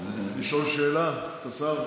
לשאול שאלה את השר?